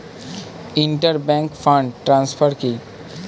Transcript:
Inter bank fund transfer কি?